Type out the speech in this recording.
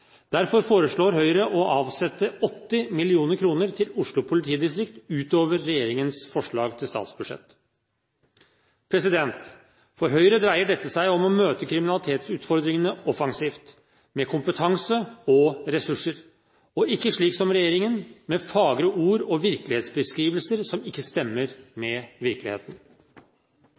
Derfor foreslår Høyre å avsette 80 mill. kr til Oslo politidistrikt, utover regjeringens forslag til statsbudsjett. For Høyre dreier dette seg om å møte kriminalitetsutfordringene offensivt, med kompetanse og ressurser, og ikke som regjeringen, med fagre ord og virkelighetsbeskrivelser som ikke stemmer med virkeligheten.